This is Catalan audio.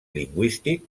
lingüístic